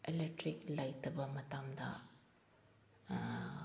electric ꯂꯩꯇꯕ ꯃꯇꯝꯗ